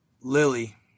Lily